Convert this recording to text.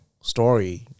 story